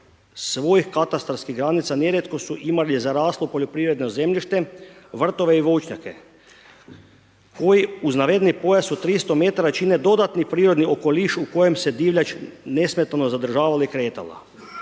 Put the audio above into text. svojih katastarskih granica nerijetko su imali zaraslo poljoprivredno zemljište, vrtove i voćnjake, koji uz navedeni pojas od tristo metara čine dodatni prirodni okoliš u kojem se divljač nesmetano zadržavala i kretala,